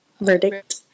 verdict